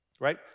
right